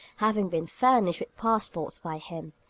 having been furnished with passports by him,